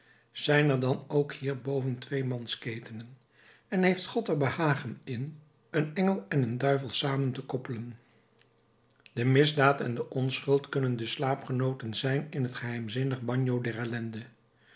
zijn er dan ook hierboven tweemans ketenen en heeft god er behagen in een engel en een duivel samen te koppelen de misdaad en de onschuld kunnen dus slaapgenooten zijn in het geheimzinnig bagno der ellende